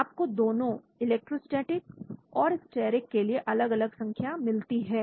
आपको दोनों इलेक्ट्रोस्टेटिक और स्टेरिक के लिए अलग अलग संख्या मिलती है